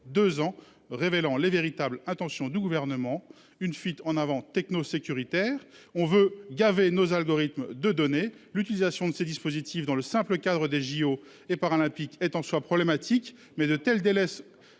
qui est révélateur des véritables intentions du Gouvernement : une fuite en avant techno-sécuritaire ! On veut gaver nos algorithmes de données. L'utilisation de ces dispositifs dans le simple cadre des jeux Olympiques et Paralympiques est, en soi, problématique. De tels délais